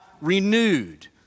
renewed